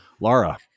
Laura